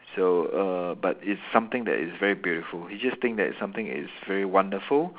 so err but it's something that is very beautiful he just think that it's something is very wonderful